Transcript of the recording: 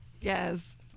Yes